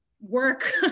work